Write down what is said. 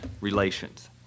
relations